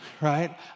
right